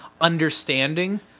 understanding